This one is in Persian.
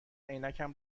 عینکم